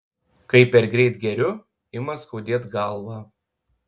kai per greit geriu ima skaudėt galvą